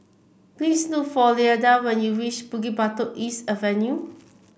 please look for Lyda when you reach Bukit Batok East Avenue